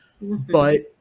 But-